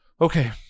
Okay